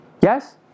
Yes